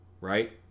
Right